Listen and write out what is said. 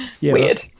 Weird